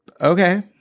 okay